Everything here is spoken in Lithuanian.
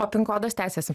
o pin kodas tęsiasi